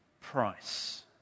price